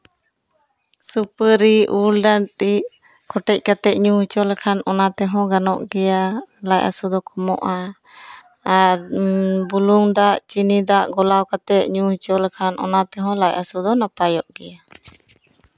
ᱥᱟᱹᱯᱟᱹᱨᱤ ᱩᱞ ᱰᱟᱹᱱᱴᱤᱡ ᱠᱚᱴᱮᱡ ᱠᱟᱛᱮᱜ ᱧᱩ ᱦᱚᱪᱚ ᱞᱮᱠᱷᱟᱱ ᱚᱱᱟ ᱛᱮᱦᱚᱸ ᱜᱟᱱᱚᱜ ᱜᱮᱭᱟ ᱞᱟᱡ ᱦᱟᱹᱥᱩ ᱫᱚ ᱠᱚᱢᱚᱜᱼᱟ ᱟᱨ ᱵᱩᱞᱩᱝ ᱫᱟᱜ ᱪᱤᱱᱤ ᱫᱟᱜ ᱜᱚᱞᱟᱣ ᱠᱟᱛᱮᱜ ᱧᱩ ᱦᱚᱪᱚ ᱞᱮᱠᱷᱟᱱ ᱚᱱᱟᱛᱮ ᱱᱚᱣᱟ ᱞᱟᱡ ᱦᱟᱹᱥᱩ ᱫᱚ ᱱᱟᱯᱟᱭᱚᱜ ᱜᱮᱭᱟ